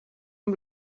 amb